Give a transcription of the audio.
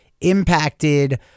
impacted